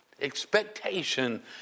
expectation